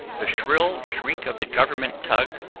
the shrill shriek of the government tug,